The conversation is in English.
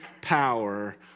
power